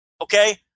okay